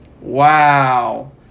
wow